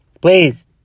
Please